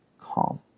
calm